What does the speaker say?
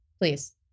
please